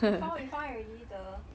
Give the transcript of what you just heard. you found it you found it already the